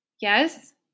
yes